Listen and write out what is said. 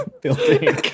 building